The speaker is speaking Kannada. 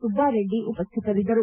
ಸುಬ್ಬಾರೆಡ್ಡಿ ಉಪಸ್ಕಿತರಿದ್ದರು